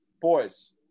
Boys